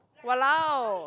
!walao!